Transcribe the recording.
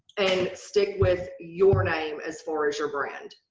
and stick with your name as far as your brand.